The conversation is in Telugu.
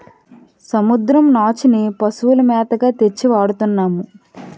సముద్రం నాచుని పశువుల మేతగా తెచ్చి వాడతన్నాము